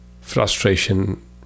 frustration